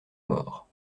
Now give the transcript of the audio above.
morts